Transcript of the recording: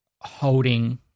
holding